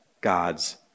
God's